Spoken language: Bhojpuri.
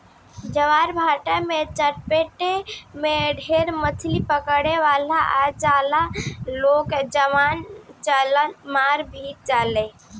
ज्वारभाटा के चपेट में ढेरे मछली पकड़े वाला आ जाला लोग जवना चलते मार भी जाले